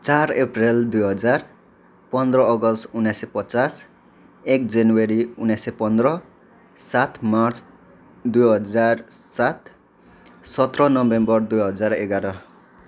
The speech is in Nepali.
चार अप्रेल दुई हजार पन्ध्र अगस्त उनाइस सय पचास एक जनवरी उनाइस सय पन्ध्र सात मार्च दुई हजार सात सत्र नोभेम्बर दुई हजार एघार